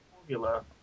formula